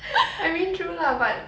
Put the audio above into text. I mean true lah but